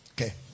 okay